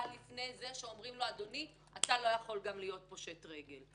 לפני שאומרים להם: אתם לא יכולים להיות גם פושטי רגל.